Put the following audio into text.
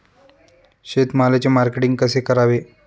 शेतमालाचे मार्केटिंग कसे करावे?